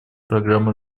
программы